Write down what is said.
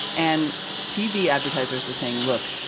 and tv advertisers are saying, look,